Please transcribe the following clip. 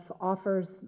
offers